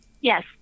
Yes